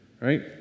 right